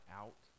out